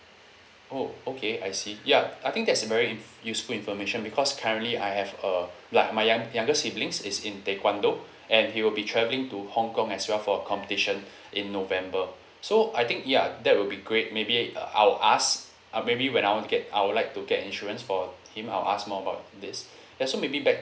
oh okay I see ya I think that's a very in~ useful information because currently I have uh like my young~ younger sibling is in taekwondo and he will be travelling to hong kong as well for a competition in november so I think ya that will be great maybe uh I'll ask uh maybe when I want to get I'll like to get insurance for him I'll ask more about this ya so maybe back